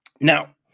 Now